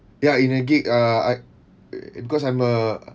ya in a gig err I because I'm a